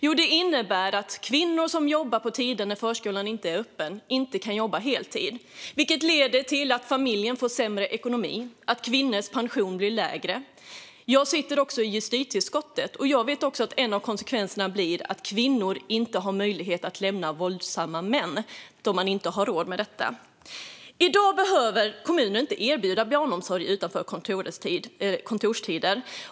Jo, det innebär att kvinnor som jobbar på tider när förskolan inte är öppen inte kan jobba heltid, vilket leder till att familjer får sämre ekonomi och att kvinnors pension blir lägre. Jag sitter också i justitieutskottet, och jag vet att en av konsekvenserna blir att kvinnor inte har möjlighet att lämna våldsamma män för att de inte har råd med det. I dag behöver kommuner inte erbjuda barnomsorg utanför kontorstider.